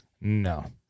No